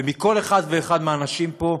ומכל אחד ואחד מהאנשים פה,